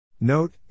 Note